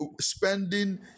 spending